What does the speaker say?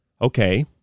Okay